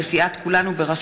מאת חבר הכנסת עמר בר-לב,